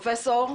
באירופה,